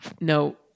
no